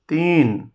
तीन